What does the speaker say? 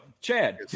Chad